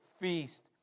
feast